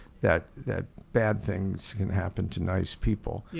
that that bad things could happen to nice people. yeah